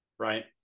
right